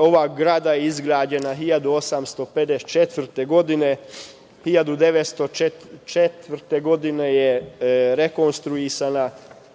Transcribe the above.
Ova zgrada je izgrađena 1854. godine, 1904. godine je rekonstruisana,